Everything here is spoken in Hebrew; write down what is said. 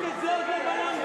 זה ההבדל בינינו.